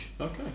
Okay